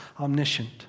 omniscient